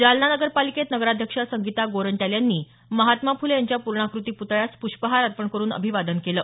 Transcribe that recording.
जालना नगरपालिकेत नगराध्यक्षा संगीता गोरंट्याल यांनी महात्मा फुले यांच्या पूर्णाकृती प्तळ्यास प्रष्पहार अर्पण करून अभिवादन केलं